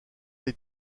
des